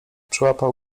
przyłapał